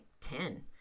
ten